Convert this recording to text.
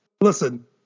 listen